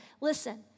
Listen